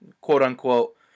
quote-unquote